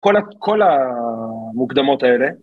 כל המוקדמות האלה